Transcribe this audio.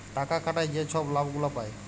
টাকা খাটায় যে ছব লাভ গুলা পায়